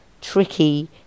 tricky